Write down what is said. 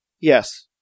Yes